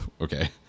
Okay